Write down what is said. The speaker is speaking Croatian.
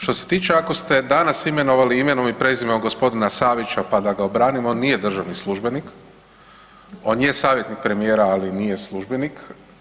Što se tiče ako ste danas imenovali imenom i prezimenom g. Savića pa da ga obranim, on nije državni službenik, on je savjetnik premijera, ali nije službenik.